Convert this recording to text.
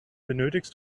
benötigst